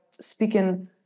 speaking